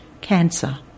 cancer